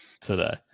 Today